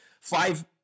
Five